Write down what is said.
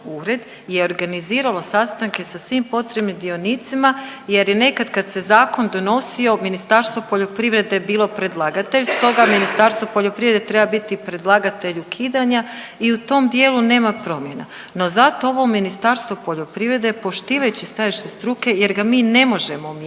ured je organiziralo sastanke sa svim potrebnim dionicima jer je nekad kad se zakon donosio Ministarstvo poljoprivrede bilo predlagatelj, stoga Ministarstvo poljoprivrede treba biti i predlagatelj ukidanja i u tom dijelu nema promjena. No za to ovo Ministarstvo poljoprivrede poštivajući stajalište struke jer ga mi ne možemo mijenjati,